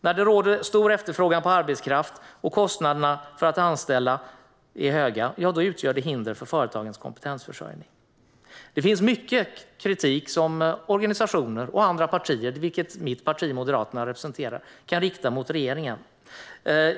När det råder stor efterfrågan på arbetskraft och när kostnaderna för att anställa är höga utgör det hinder för företagens kompetensförsörjning. Det finns mycket kritik som organisationer och andra, till exempel partier, representerade av mitt parti Moderaterna, kan rikta mot regeringen.